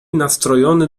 nastrojony